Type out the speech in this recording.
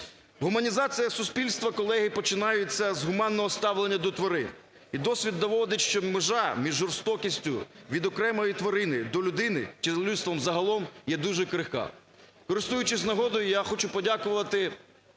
Гуманізація суспільства, колеги, починається з гуманного ставлення до тварин. І досвід доводить, що межа між жорстокістю від окремої тварини до людини чи до людства загалом є дуже крихка. Користуючись нагодою, я хочу подякувати